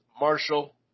Marshall